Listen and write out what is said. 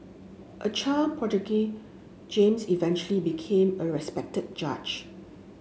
a child prodigy James eventually became a respected judge